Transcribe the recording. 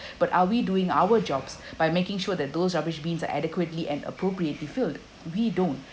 but are we doing our jobs by making sure that those rubbish beans are adequately and appropriately filled we don't